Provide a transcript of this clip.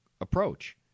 approach